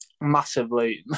massively